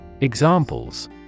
Examples